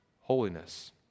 Holiness